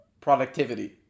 productivity